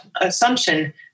assumption